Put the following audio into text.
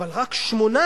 אז אני יודע,